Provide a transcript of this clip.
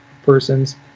persons